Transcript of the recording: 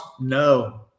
No